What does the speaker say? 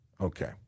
Okay